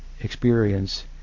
experience